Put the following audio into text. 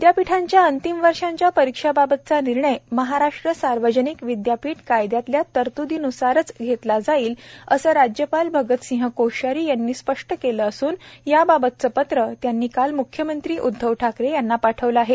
विद्यापीठांच्या अंतिम वर्षाच्या परीक्षांबाबतचा निर्णय महाराष्ट्र सार्वजनिक विद्यापीठ कायद्यातल्या तरत्दीन्सारच घेतला जाईल असं राज्यपाल भगतसिंग कोश्यारी यांनी स्पष्ट केलं असून याबाबतचं पत्रं त्यांनी काल म्ख्यमंत्री उद्वव ठाकरे यांना पाठवलं आहे